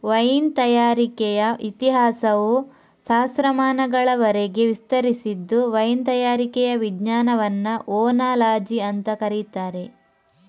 wine ತಯಾರಿಕೆಯ ಇತಿಹಾಸವು ಸಹಸ್ರಮಾನಗಳವರೆಗೆ ವಿಸ್ತರಿಸಿದ್ದು ವೈನ್ ತಯಾರಿಕೆಯ ವಿಜ್ಞಾನವನ್ನ ಓನಾಲಜಿ ಅಂತ ಕರೀತಾರೆ